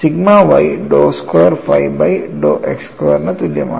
sigma y dow square phi by dow x സ്ക്വയറിനു തുല്യമാണ്